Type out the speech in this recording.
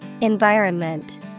Environment